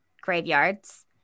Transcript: graveyards